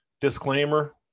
Disclaimer